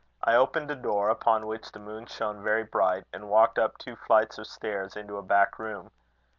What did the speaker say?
i opened a door, upon which the moon shone very bright, and walked up two flights of stairs into a back room.